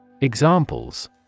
Examples